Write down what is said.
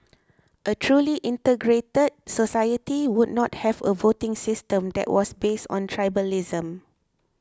a truly integrated society would not have a voting system that was based on tribalism